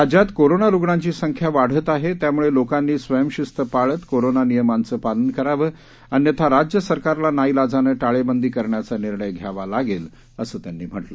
राज्यात कोरोना रुग्णांची संख्या वाढत आहे त्यामुळे लोकांनी स्वयंशिस्त पाळत कोरोना नियमांचं पालन करावं अन्यथा राज्य सरकारला नाईलाजानं टाळेबंदी करण्याचा निर्णय घ्यावा लागेल असं त्यांनी म्हटलं